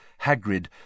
Hagrid